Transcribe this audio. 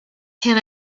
can